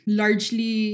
largely